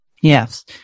Yes